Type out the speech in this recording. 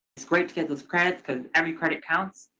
was great to get those credits because every credit counts.